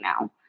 now